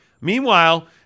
Meanwhile